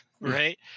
right